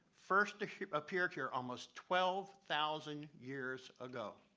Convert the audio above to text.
first appeared here almost twelve thousand years ago.